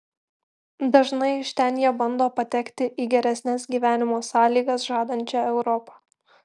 dažnai iš ten jie bando patekti į geresnes gyvenimo sąlygas žadančią europą